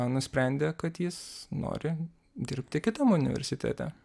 nusprendė kad jis nori dirbti kitam universitete